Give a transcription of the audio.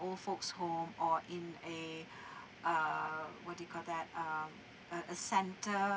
old folks home or in a err what do you call that uh a a centre